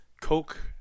Coke